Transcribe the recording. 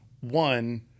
one